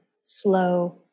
slow